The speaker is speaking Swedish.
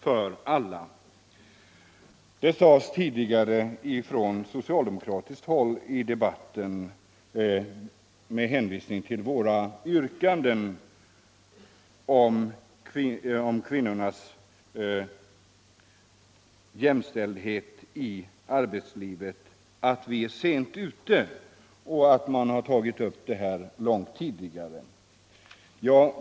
Med anledning av våra yrkanden om jämlikhet för kvinnorna i arbetslivet sades det tidigare i debatten från socialdemokratiskt håll att vi är sent ute och att den frågan har tagits upp långt tidigare.